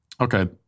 Okay